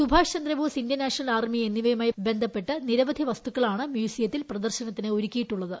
Subhash Chandrabose Indian National Army എന്നിവയുമായി ബന്ധപ്പെട്ട് നിരവധി വസ്തുക്കളാണ് മ്യൂസിയത്തിൽ പ്രദർശനത്തിന് ഒരുക്കിയിട്ടുള്ളത്